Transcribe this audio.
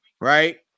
right